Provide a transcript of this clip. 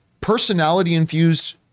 personality-infused